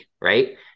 right